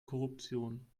korruption